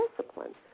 discipline